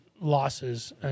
losses